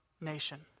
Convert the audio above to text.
nation